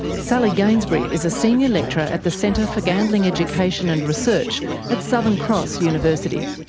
sally gainsbury is a senior lecturer at the centre for gambling education and research at southern cross university.